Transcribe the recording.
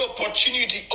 opportunity